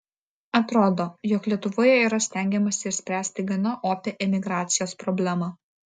atrodo jog lietuvoje yra stengiamasi išspręsti gana opią emigracijos problemą